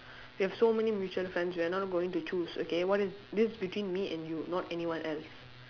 we have so many mutual friends we are not going to choose okay what is this is between me and you not anyone else